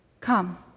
come